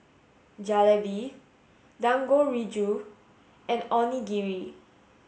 Jalebi Dangojiru and Onigiri